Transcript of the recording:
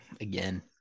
again